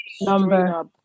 Number